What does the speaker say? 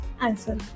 answer